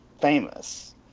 famous